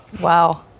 Wow